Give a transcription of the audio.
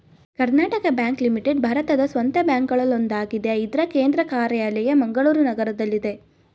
Karnataka bank limited ಭಾರತದ ಸ್ವಂತ ಬ್ಯಾಂಕ್ಗಳಲ್ಲೊಂದಾಗಿದೆ ಇದ್ರ ಕೇಂದ್ರ ಕಾರ್ಯಾಲಯ ಮಂಗಳೂರು ನಗರದಲ್ಲಿದೆ